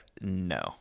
no